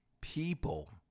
people